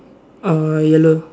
uh yellow